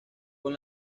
con